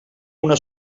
una